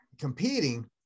competing